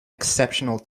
exceptional